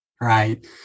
right